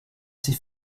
sich